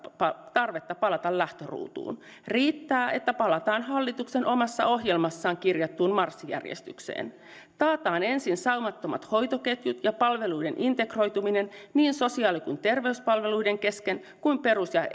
tarvetta palata lähtöruutuun riittää että palataan hallituksen omassa ohjelmassa kirjattuun marssijärjestykseen taataan ensin saumattomat hoitoketjut ja palveluiden integroituminen niin sosiaali ja terveyspalveluiden kesken kuin perus ja